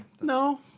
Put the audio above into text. No